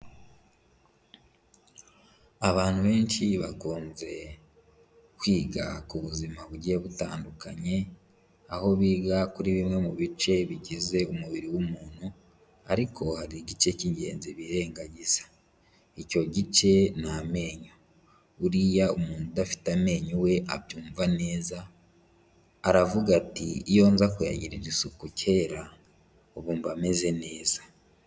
Abantu benshi bakunze kwiga ku buzima bugiye butandukanye, aho biga kuri bimwe mu bice bigize umubiri w'umuntu, ariko hari igice cy'ingenzi birengagiza, icyo gice ni amenyo, buriya umuntu udafite amenyo we abyumva neza, aravuga ati, iyo nza kuyagirira igisuko kera, ubu mba meze neza.